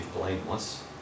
blameless